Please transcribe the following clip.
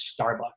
Starbucks